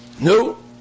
No